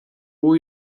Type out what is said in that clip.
who